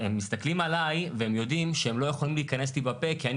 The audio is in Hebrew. הם מסתכלים עליי והם יודעים שהם לא יכולים להיכנס לי בפה כי אני